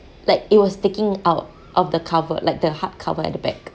like it was sticking out of the cover like the hardcover at the back